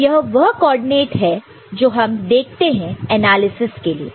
तो यह वह कोऑर्डिनेट है जो हम देखते हैं एनालिसिस के लिए